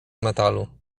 metalu